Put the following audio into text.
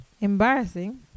Embarrassing